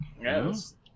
Yes